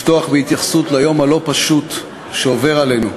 אני מבקש לפתוח בהתייחסות ליום הלא-פשוט שעובר עלינו: